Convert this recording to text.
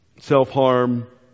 self-harm